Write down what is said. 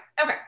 okay